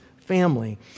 family